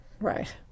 Right